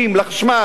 לחשמל,